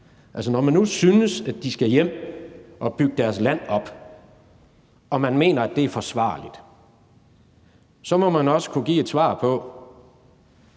Når man nu synes, at de skal hjem og bygge deres land op, og man mener, at det er forsvarligt, så må man også kunne give et svar på,